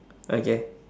okay